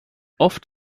oft